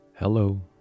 Hello